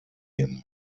him